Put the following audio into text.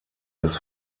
des